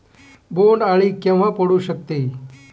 बोंड अळी केव्हा पडू शकते?